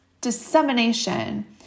dissemination